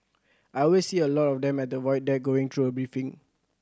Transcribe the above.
I always see a lot of them at the Void Deck going through a briefing